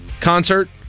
concert